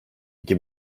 iki